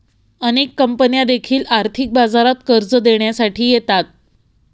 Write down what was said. अनेक कंपन्या देखील आर्थिक बाजारात कर्ज देण्यासाठी येतात